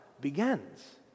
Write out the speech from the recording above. begins